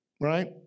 right